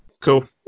Cool